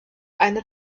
eine